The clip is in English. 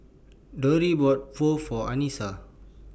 Dori bought Pho For Anissa